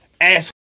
ass